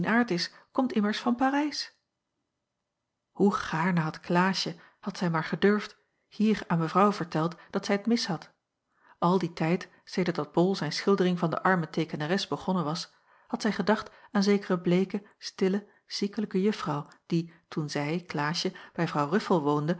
komt immers van parijs hoe gaarne had klaasje had zij maar gedurfd hier aan mevrouw verteld dat zij t mis had al dien tijd sedert dat bol zijn schildering van de arme teekenares begonnen was had zij gedacht aan zekere bleeke stille ziekelijke juffrouw die toen zij klaasje bij vrouw ruffel woonde